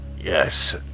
Yes